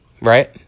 right